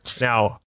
now